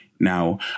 now